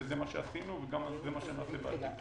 זה מה שעשינו וזה מה שנעשה בעתיד.